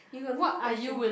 you got no more question